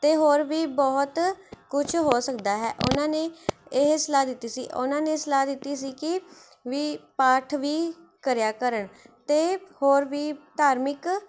ਅਤੇ ਹੋਰ ਵੀ ਬਹੁਤ ਕੁਝ ਹੋ ਸਕਦਾ ਹੈ ਉਹਨਾਂਂ ਨੇ ਇਹ ਸਲਾਹ ਦਿੱਤੀ ਸੀ ਉਹਨਾਂ ਨੇ ਸਲਾਹ ਦਿੱਤੀ ਸੀ ਕਿ ਵੀ ਪਾਠ ਵੀ ਕਰਿਆ ਕਰਨ ਅਤੇ ਹੋਰ ਵੀ ਧਾਰਮਿਕ